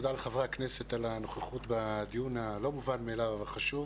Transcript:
תודה לחברי הכנסת על הנוכחות בדיון הלא מובן מאליו אבל חשוב,